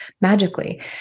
magically